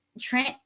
trent